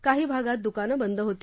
काही भागात दुकानं बंद होती